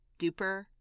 duper